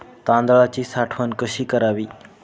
तांदळाची साठवण कशी करावी?